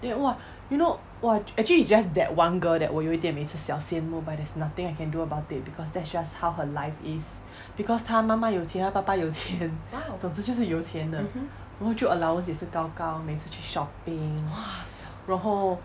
then !wah! you know !wah! actually is just that one girl that 我有点每次小羡慕 but there's nothing I can do about it because that's just how her life is because 她妈妈有钱她爸爸有钱总之就是有钱的然后就 allowance 也是高高每次去 shopping 然后